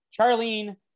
Charlene